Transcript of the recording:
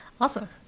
Awesome